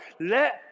let